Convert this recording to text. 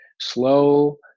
slow